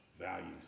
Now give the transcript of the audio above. values